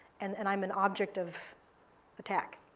and and i'm an object of attack.